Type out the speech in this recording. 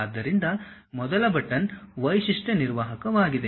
ಆದ್ದರಿಂದ ಮೊದಲ ಬಟನ್ ವೈಶಿಷ್ಟ್ಯ ನಿರ್ವಾಹಕವಾಗಿದೆ